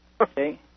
Okay